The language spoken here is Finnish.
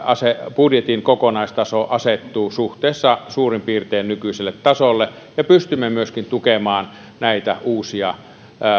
budjetin kokonaistaso asettuu suhteessa suurin piirtein nykyiselle tasolle me pystymme myöskin tukemaan näitä uusia